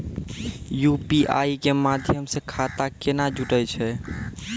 UPI के माध्यम से खाता केना जुटैय छै?